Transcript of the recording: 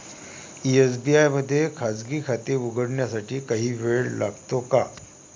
SBI मध्ये खाजगी खाते उघडण्यासाठी काही वेळ लागतो का?